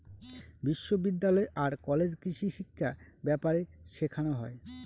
বিশ্ববিদ্যালয় আর কলেজে কৃষিশিক্ষা ব্যাপারে শেখানো হয়